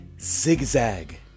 zigzag